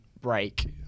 break